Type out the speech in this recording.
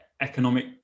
economic